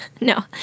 No